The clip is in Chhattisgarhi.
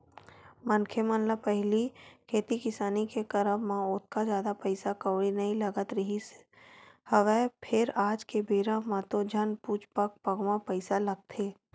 मनखे मन ल पहिली खेती किसानी के करब म ओतका जादा पइसा कउड़ी नइ लगत रिहिस हवय फेर आज के बेरा म तो झन पुछ पग पग म पइसा लगथे